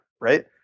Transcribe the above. right